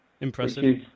Impressive